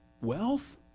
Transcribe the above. wealth